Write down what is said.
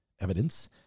evidence